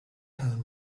tone